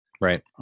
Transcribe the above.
Right